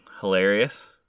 Hilarious